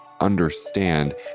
understand